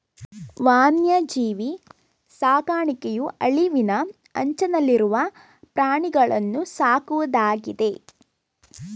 ವನ್ಯಜೀವಿ ಸಾಕಣೆಯು ಅಳಿವಿನ ಅಂಚನಲ್ಲಿರುವ ಪ್ರಾಣಿಗಳನ್ನೂ ಸಾಕುವುದಾಗಿದೆ